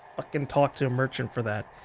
fucking talk to a merchant for that,